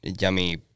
yummy